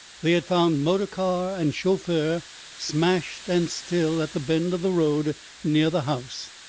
they had found motor-car and chauffeur smashed and still at the bend of the road near the house,